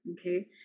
okay